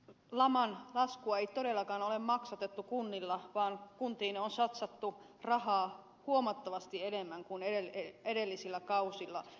laman laskua ei todellakaan ole maksatettu kunnilla vaan kuntiin on satsattu rahaa huomattavasti enemmän kuin edellisillä kausilla